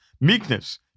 Meekness